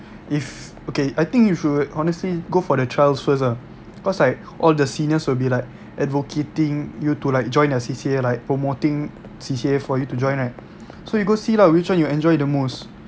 if okay I think you should honestly go for the trials first ah cause like all the seniors will be like advocating you to like join a C_C_A like promoting C_C_A for you to join right so you go see lah which one you enjoy the most